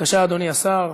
בבקשה, אדוני השר.